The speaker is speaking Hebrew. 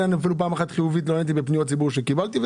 אפילו פעם אחת לא נעניתי בחיוב לפניית ציבור שקיבלתי והעברתי,